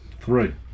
Three